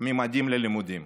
ממדים ללימודים.